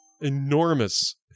enormous